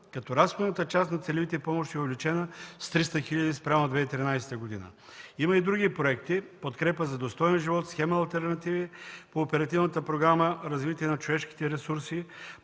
като разходната част от целевите помощи е увеличена с 300 хиляди спрямо 2013 г. Има и други проекти – „Подкрепа за достоен живот”, Схема „Алтернативи” по Оперативна програма „Развитие на човешките ресурси”.